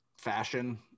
fashion